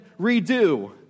redo